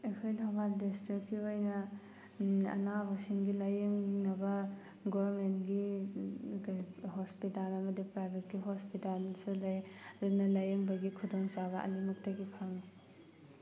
ꯑꯩꯈꯣꯏ ꯊꯧꯕꯥꯜ ꯗꯤꯁꯇ꯭ꯔꯤꯛꯀꯤ ꯑꯣꯏꯅ ꯑꯅꯥꯕꯁꯤꯡꯒꯤ ꯂꯥꯏꯌꯦꯡꯅꯕ ꯒꯣꯔꯃꯦꯟꯒꯤ ꯀꯩ ꯍꯣꯁꯄꯤꯇꯥꯜ ꯑꯃꯗꯤ ꯄ꯭ꯔꯥꯏꯚꯦꯠꯀꯤ ꯍꯣꯁꯄꯤꯇꯥꯜꯁꯨ ꯂꯩ ꯑꯗꯨꯅ ꯂꯥꯏꯌꯦꯡꯕꯒꯤ ꯈꯨꯗꯣꯡꯆꯥꯕ ꯑꯅꯤꯃꯛꯇꯒꯤ ꯐꯪꯉꯤ